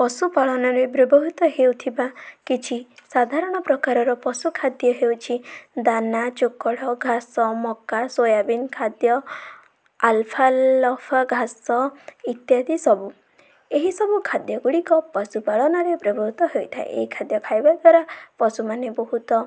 ପଶୁପାଳନରେ ବ୍ୟବହୃତ ହେଉଥିବା କିଛି ସାଧାରଣ ପ୍ରକାରର ପଶୁ ଖାଦ୍ୟ ହେଉଛି ଦାନା ଚୋକଡ଼ ଘାସ ମକା ସୋୟାବିନ୍ ଖାଦ୍ୟ ଆଲଫାଲଫା ଘାସ ଇତ୍ୟାଦି ସବୁ ଏହିସବୁ ଖାଦ୍ୟଗୁଡ଼ିକ ପଶୁପାଳନରେ ବ୍ୟବହୃତ ହୋଇଥାଏ ଏହି ଖାଦ୍ୟ ଖାଇବା ଦ୍ଵାରା ପଶୁମାନେ ବହୁତ